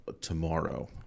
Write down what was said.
tomorrow